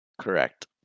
Correct